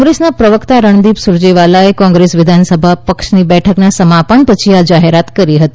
કોંગ્રેસના પ્રવક્તા રણદીપ સુરજેવાલાએ કોંગ્રેસ વિધાનસભા પક્ષની બેઠકના સમાપન પછી આ જાહેરાત કરી હતી